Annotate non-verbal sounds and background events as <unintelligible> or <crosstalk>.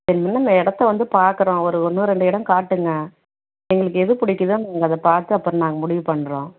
<unintelligible> உங்கள் இடத்த வந்து பார்க்கறோம் ஒரு ஒன்று ரெண்டு இடோம் காட்டுங்க எங்களுக்கு எது பிடிக்குதோ நாங்கள் அதை பார்த்து அப்புறம் நாங்கள் முடிவு பண்ணுறோம்